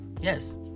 Yes